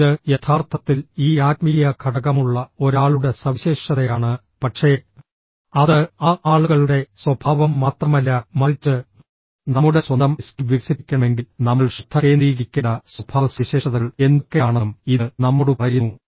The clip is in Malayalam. ഇത് യഥാർത്ഥത്തിൽ ഈ ആത്മീയ ഘടകമുള്ള ഒരാളുടെ സവിശേഷതയാണ് പക്ഷേ അത് ആ ആളുകളുടെ സ്വഭാവം മാത്രമല്ല മറിച്ച് നമ്മുടെ സ്വന്തം എസ്ക്യു വികസിപ്പിക്കണമെങ്കിൽ നമ്മൾ ശ്രദ്ധ കേന്ദ്രീകരിക്കേണ്ട സ്വഭാവസവിശേഷതകൾ എന്തൊക്കെയാണെന്നും ഇത് നമ്മോട് പറയുന്നു